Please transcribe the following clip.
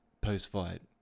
post-fight